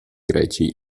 greci